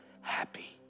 happy